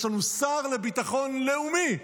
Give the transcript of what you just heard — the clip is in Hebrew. יש לנו שר לביטחון לאומי,